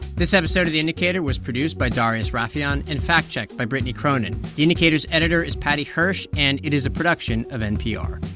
this episode of the indicator was produced by darius rafieyan and fact-checked by brittany cronin. the indicator's editor is paddy hirsch, and it is a production of npr